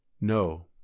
No